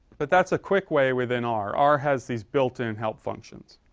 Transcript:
but that's a quick way within r. r has these built in help functions.